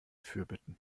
fürbitten